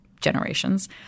generations